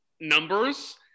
numbers